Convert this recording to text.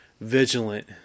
vigilant